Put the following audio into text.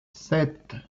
sept